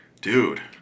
Dude